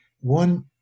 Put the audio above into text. One